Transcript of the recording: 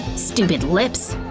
stupid lips.